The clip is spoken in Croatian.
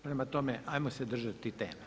Prema tome, ajmo se držati teme.